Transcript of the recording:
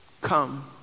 Come